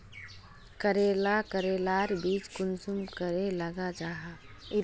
करेला करेलार बीज कुंसम करे लगा जाहा?